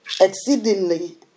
exceedingly